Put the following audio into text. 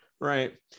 right